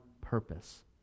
purpose